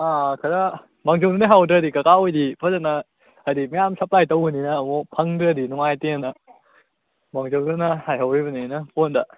ꯑꯥ ꯈꯔ ꯃꯥꯡꯖꯧꯅꯅ ꯍꯥꯏꯍꯧꯗ꯭ꯔꯗꯤ ꯀꯀꯥ ꯍꯣꯏꯗꯤ ꯐꯖꯅ ꯍꯥꯏꯗꯤ ꯃꯌꯥꯝ ꯁꯞꯄ꯭ꯂꯥꯏ ꯇꯧꯕꯅꯤꯅ ꯑꯃꯨꯛ ꯐꯪꯗ꯭ꯔꯗꯤ ꯅꯨꯡꯉꯥꯏꯇꯦꯅ ꯃꯥꯡꯖꯧꯅꯅ ꯍꯥꯏꯍꯧꯔꯤꯕꯅꯦꯅ ꯐꯣꯟꯗ